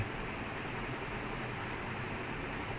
அந்த:antha transcription